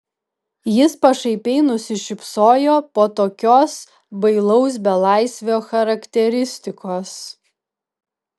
jis pašaipiai nusišypsojo po tokios bailaus belaisvio charakteristikos